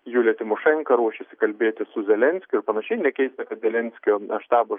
julija timošenka ruošiasi kalbėtis su zelenskiu ir panašiai nekeista kad zelenskio štabas